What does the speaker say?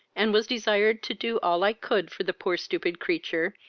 and was desired to do all i could for the poor stupid creature,